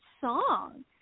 song